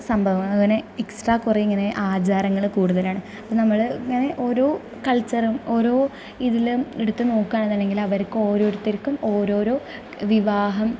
സംഭവങ്ങൾ അങ്ങനെ എക്സ്ട്രാ കുറേ ഇങ്ങനെ ആചാരങ്ങൾ കൂട്തലാണ് അപ്പം നമ്മൾ ഇങ്ങനെ ഓരോ കൾച്ചറും ഓരോ ഇതിലും എടുത്തു നോക്കുക ആണെന്നുണ്ടെങ്കിൽ അവർക്ക് ഓരോരുത്തർക്കും ഓരോരോ വിവാഹം